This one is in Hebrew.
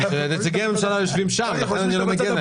נציגי הממשלה יושבים שם לכן אני לא מגיע אליך